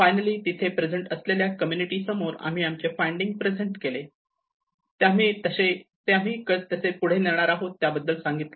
finally तिथे present असलेल्या community समोर आम्ही आमचे फाइंडिंग प्रेझेंट केले ते आम्ही तसे पुढे नेणार आहोत त्याबद्दल सांगितले